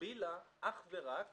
הגבילה אך ורק